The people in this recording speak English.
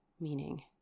meaning